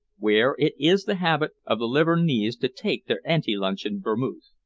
where it is the habit of the livornese to take their ante-luncheon vermouth.